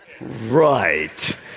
right